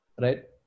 right